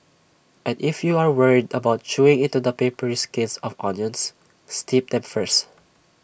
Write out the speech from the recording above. and if you are worried about chewing into the papery skins of onions steep them first